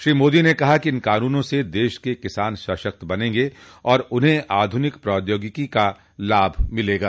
श्री मोदी ने कहा कि इन कानूनों से देश के किसान सशक्त बनेंगे और उन्हें आधूनिक प्रौद्योगिकी का लाभ मिलेगा